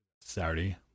Saturday